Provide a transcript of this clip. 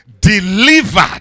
Delivered